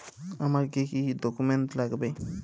আমার কি কি ডকুমেন্ট লাগবে?